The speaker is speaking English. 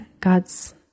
God's